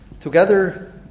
together